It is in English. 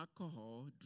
alcohol